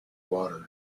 water